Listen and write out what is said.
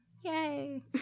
Yay